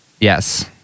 Yes